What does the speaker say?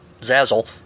Zazzle